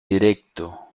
directo